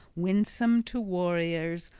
winsome to warriors,